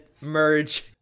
merge